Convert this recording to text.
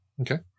Okay